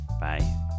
Bye